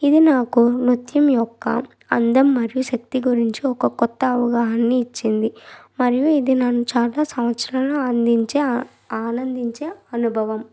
ఇది నాకు నృత్యం యొక్క అందం మరియు శక్తి గురించి ఒక కొత్త అవగాహన్ని ఇచ్చింది మరియు ఇది నన్ను చాలా సంవత్సరాలు అందించే ఆనందించే అనుభవం